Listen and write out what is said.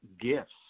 gifts